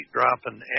dropping